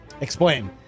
Explain